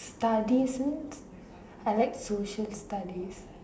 studies means I like social studies